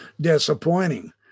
disappointing